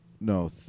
No